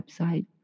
website